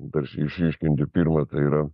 tarsi išryškinti pirma tai yra